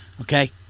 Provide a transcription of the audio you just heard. Okay